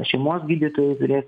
šeimos gydytojai turės